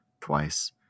twice